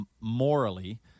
morally